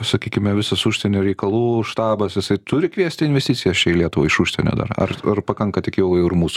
sakykime visas užsienio reikalų štabas jisai turi kviesti investicijas čia į lietuvą iš užsienio dar ar ar pakanka tik jau ir mūsų